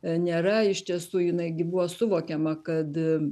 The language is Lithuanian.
nėra iš tiesų jinai gi buvo suvokiama kad